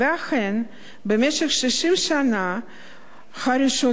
ואכן, במשך 60 השנה הראשונות